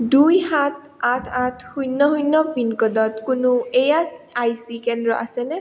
দুই সাত আঠ আঠ শূন্য শূন্য পিনক'ডত কোনো এ এছ আই চি কেন্দ্র আছেনে